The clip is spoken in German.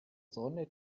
sonne